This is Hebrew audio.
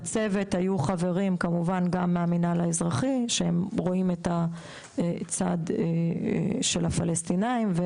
בצוות היו חברים גם מהמנהל האזרחי שרואים את הצד של הפלשתינאים,